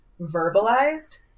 verbalized